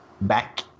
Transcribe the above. back